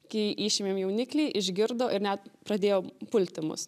kai išėmėm jauniklį išgirdo ir net pradėjo pulti mus